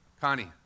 Connie